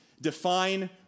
Define